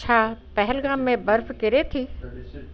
छा पहलगाम में बर्फ़ु किरे थी